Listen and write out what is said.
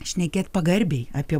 šnekėt pagarbiai apie